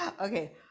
okay